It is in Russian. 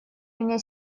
меня